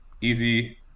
easy